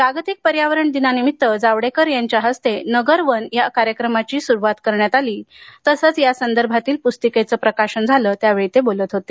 जागतिक पर्यावरण दिनानिमित आज नवी दिल्लीत प्रकाश जावडेकर यांच्या हस्ते नगर वन या कार्यक्रमाची सुरुवात करण्यात आली तसच या संदर्भातील पुस्तिकेच प्रकाशन झाल त्या वेळी ते बोलत होते